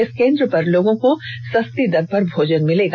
इस केन्द्र पर लोगों को सस्ती दर पर भोजन मिलेगा